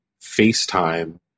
FaceTime